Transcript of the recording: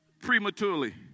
Prematurely